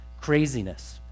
craziness